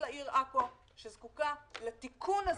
ולהשוות את מצבה של העיר עכו למצבה של העיר נהריה."